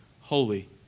holy